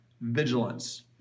vigilance